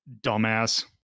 dumbass